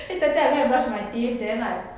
eight thirty I go and brush my teeth then like